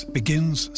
begins